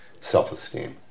self-esteem